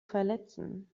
verletzen